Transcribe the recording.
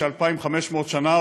ש-2,500 שנה,